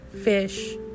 fish